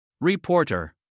Reporter